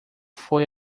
foi